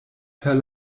per